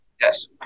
Yes